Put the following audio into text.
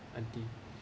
auntie